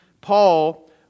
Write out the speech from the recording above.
Paul